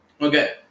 Okay